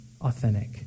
authentic